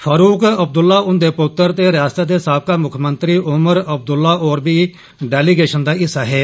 फारूक अब्दुल्ला हुंदे पुत्तर ते रिआसत दे साबका मुक्खमंत्री उमर अब्दुल्ला बी इस डेलीगेशन दा हिस्सा हे